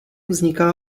vzniká